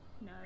no